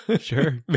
Sure